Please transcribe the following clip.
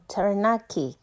Taranaki